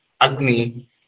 Agni